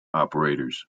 operators